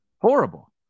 Horrible